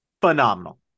phenomenal